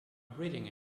breeding